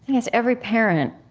guess every parent,